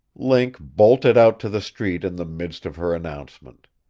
link bolted out to the street in the midst of her announcement